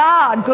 God